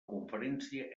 conferència